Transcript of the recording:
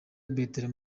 bertrand